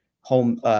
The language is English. home